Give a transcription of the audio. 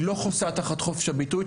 היא לא חוסה תחת חופש הביטוי.